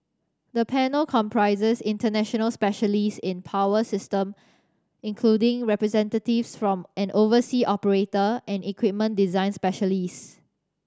the panel comprises international specialist in power system including representatives from an oversea operator and equipment design specialist